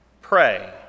Pray